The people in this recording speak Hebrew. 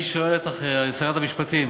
אני שואל אותך, שרת המשפטים,